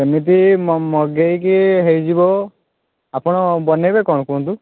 ସେମିତି ମଗେଇକି ହେଇଯିବ ଆପଣ ବନେଇବେ କଣ କୁହନ୍ତୁ